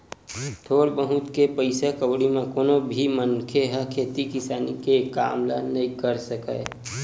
थोर बहुत के पइसा कउड़ी म कोनो भी मनखे ह खेती किसानी के काम ल नइ कर सकय